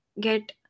get